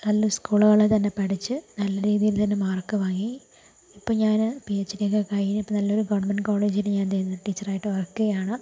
നല്ല സ്കൂളുകളിൽ തന്നെ പഠിച്ച് നല്ല രീതിയില് തന്നെ മാർക്ക് വാങ്ങി ഇപ്പോൾ ഞാന് പിഹെച്ഡി ഒക്കെ കഴിഞ്ഞിട്ട് നല്ലൊരു ഗവൺമെൻറ് കോളേജിൽ ഞാൻ എന്ത് ചെയ്യുന്ന് ടീച്ചറായിട്ട് വർക്ക് ചെയ്യാണ്